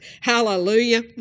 hallelujah